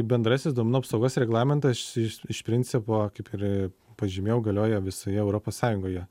bendrasis duomenų apsaugos reglamentas iš principo kaip ir pažymėjau galioja visoje europos sąjungoje